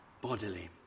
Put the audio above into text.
bodily